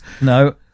No